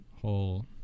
whole